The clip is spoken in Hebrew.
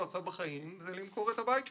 עשה בחיים זה לקנות או למכור את הבית שלו.